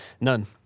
None